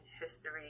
history